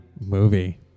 movie